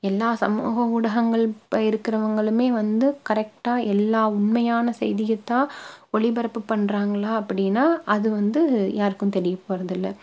எல்லா சமூக ஊடகங்கள் இருக்கிறவங்களுமே வந்து கரெக்டாக எல்லா உண்மையான செய்தியத்தான் ஒளிபரப்பு பண்ணுறாங்களா அப்படினா அது வந்து யாருக்கும் தெரிய போறதில்லை